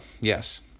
yes